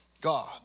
God